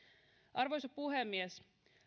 arvoisa puhemies